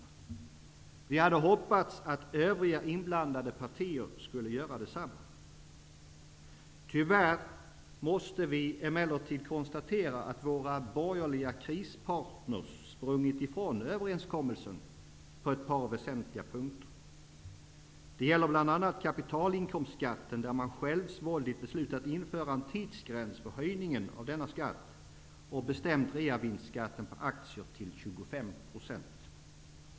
Vi hade hoppats att övriga inblandade partier skulle göra detsamma. Tyvärr måste vi emellertid konstatera att våra borgerliga krispartner sprungit ifrån överenskommelsen på ett par väsentliga punkter. Det gäller bl.a. kapitalinkomstskatten, där man självsvåldigt har beslutat att införa en tidsgräns för höjningen av denna skatt och bestämt reavinstskatten på aktier till 25 %.